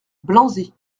blanzy